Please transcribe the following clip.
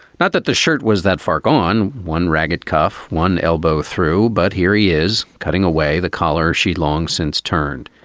not that the shirt was that far gone. one ragged cuff, one elbow through. but here he is, cutting away the collar sheet long since turned.